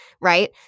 right